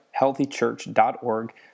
healthychurch.org